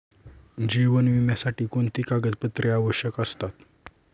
जीवन विम्यासाठी कोणती कागदपत्रे आवश्यक असतात?